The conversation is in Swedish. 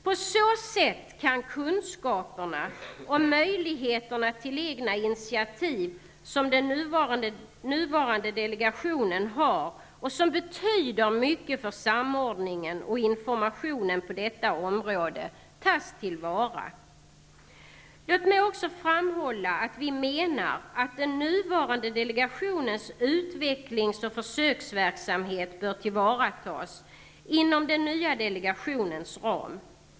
På så sätt kan kunskaperna -- och möjligheterna till egna initiativ -- som den nuvarande delegationen har och som betyder mycket för samordningen och informationen på detta område, tas till vara. Låt mig också framhålla att vi menar att den nuvarande delegationens utvecklings och försöksverksamhet bör tillvaratas inom den nya delegationens ram.